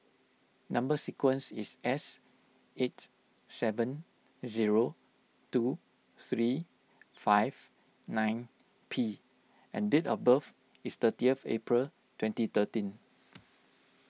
Number Sequence is S eight seven zero two three five nine P and date of birth is thirtieth April twenty thirteen